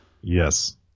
Yes